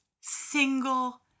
single